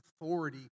authority